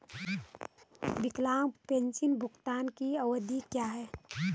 विकलांग पेंशन भुगतान की अवधि क्या है?